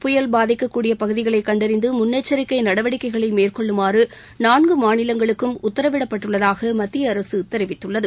புயல் பாதிக்கக் கூடிய பகுதிகளை கண்டறிந்து முன்னெச்சரிக்கை நடவடிக்கைகளை மேற்கொள்ளுமாறு நான்கு மாநிலங்களுக்கும் உத்தரவிடப்பட்டுள்ளதாக மத்திய அரசு தெரிவித்துள்ளது